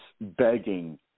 begging